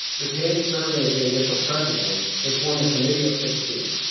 with tandy serving as the initial president, they form the committee of fifteen,